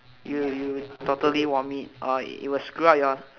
you you totally vomit or it will screw up your